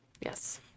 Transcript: yes